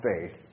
faith